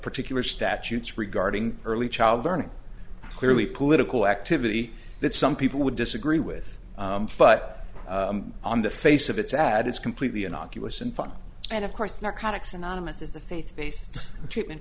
particular statutes regarding early child learning clearly political activity that some people would disagree with but on the face of its ad it's completely innocuous and fun and of course narcotics anonymous is a faith based treatment